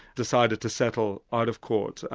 decided to settle out of court,